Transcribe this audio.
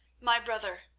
my brother,